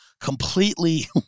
completely